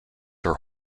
her